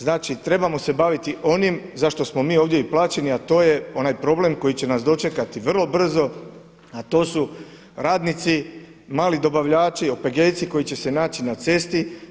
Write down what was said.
Znači trebao se baviti onim zašto smo mi ovdje i plaćeni, a to je onaj problem koji će nas dočekati vrlo brzo, a to su radnici, mali dobavljači, OPG-ici koji će se naći na cesti.